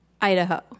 Idaho